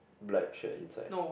black shirt inside